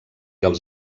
els